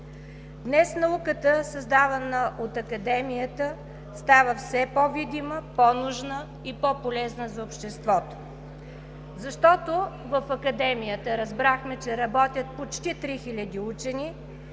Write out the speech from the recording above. Днес науката, създавана от Академията, става все по-видима, по-нужна и по-полезна за обществото, защото в Академията, разбрахме, че работят почти 3000 учени,